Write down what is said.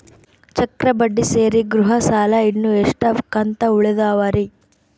ಚಕ್ರ ಬಡ್ಡಿ ಸೇರಿ ಗೃಹ ಸಾಲ ಇನ್ನು ಎಷ್ಟ ಕಂತ ಉಳಿದಾವರಿ?